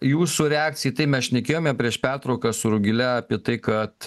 jūsų reakcija tai mes šnekėjome prieš pertrauką su rugile apie tai kad